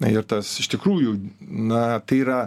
ir tas iš tikrųjų na tai yra